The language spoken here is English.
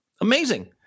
Amazing